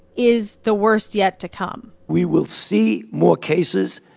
is the worst yet to come? we will see more cases,